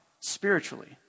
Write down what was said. spiritually